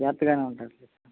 జాగ్రతగానే ఉంటాను సార్